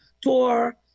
tour